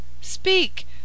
Speak